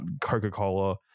Coca-Cola